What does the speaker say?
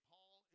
Paul